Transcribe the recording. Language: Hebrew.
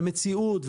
והמציאות,